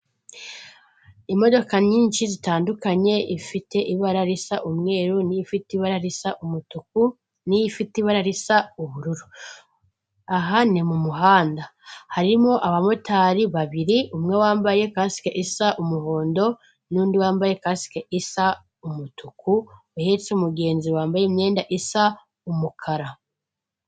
Imodoka nyinshi zitandukanye, ifite ibara risa umweru, n'ifite ibara risa umutuku, n'ifite ibara risa ubururu. Aha ni mu muhanda. Harimo abamotari babiri, umwe wambaye kasike isa umuhondo n'undi wambaye kasike isa umutuku, uhetse umugenzi wambaye imyenda isa umukara.